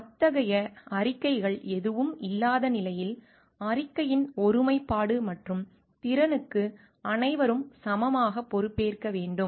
அத்தகைய அறிக்கைகள் எதுவும் இல்லாத நிலையில் அறிக்கையின் ஒருமைப்பாடு மற்றும் திறனுக்கு அனைவரும் சமமாகப் பொறுப்பேற்க வேண்டும்